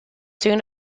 soon